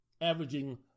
averaging